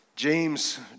James